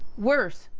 worse,